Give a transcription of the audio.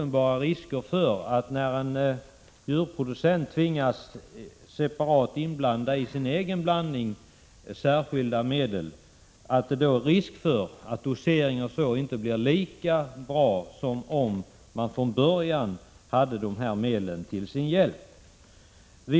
När en djurproducent tvingas blanda in särskilda medel i sin egen blandning finns det en uppenbar risk för att doseringen inte blir lika bra som om man från början hade dessa medel till sin hjälp.